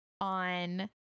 on